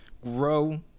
grow